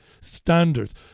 standards